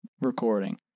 recording